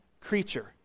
creature